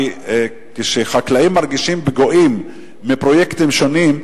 כי כשחקלאים מרגישים פגועים מפרויקטים שונים,